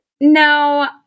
No